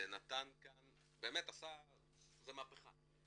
שעשה כאן מהפכה.